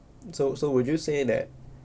so so would you say that